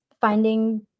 finding